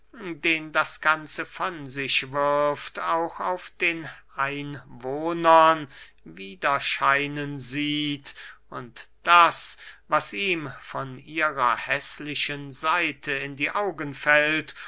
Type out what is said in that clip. den das ganze von sich wirft auch auf den einwohnern widerscheinen sieht und das was ihm von ihrer häßlichen seite in die augen fällt